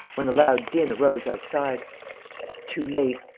when a loud din arose outside too late!